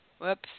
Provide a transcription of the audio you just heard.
Whoops